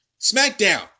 SmackDown